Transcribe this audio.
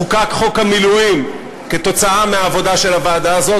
חוקק חוק המילואים כתוצאה מהעבודה של הוועדה הזאת,